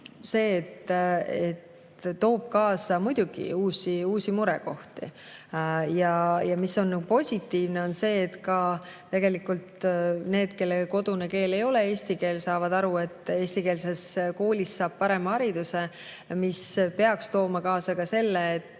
toob muidugi kaasa uusi murekohti. Aga positiivne on see, et tegelikult ka need, kelle kodune keel ei ole eesti keel, saavad aru, et eestikeelses koolis saab parema hariduse. Ja see peaks tooma kaasa selle, et